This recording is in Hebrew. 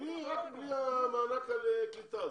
בלי מענק הקליטה.